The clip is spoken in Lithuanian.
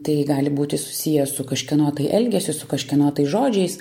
tai gali būti susiję su kažkieno tai elgesiu su kažkieno tais žodžiais